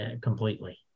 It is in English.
completely